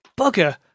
Bugger